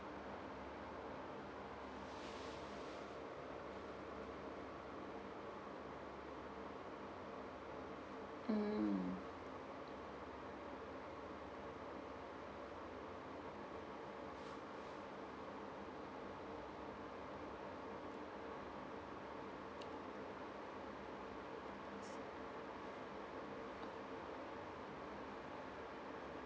mm